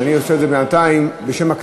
אז אני עושה את זה בינתיים בשם הכנסת,